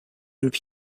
and